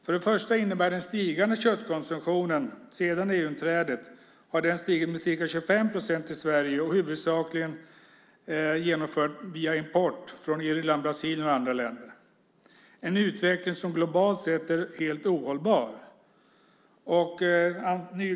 För det första innebär den stigande köttkonsumtionen - sedan EU-inträdet har den stigit med ca 25 procent i Sverige och är i huvudsak genomförd via import från Irland, Brasilien och andra länder - en utveckling som globalt sett är helt ohållbar.